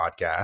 podcast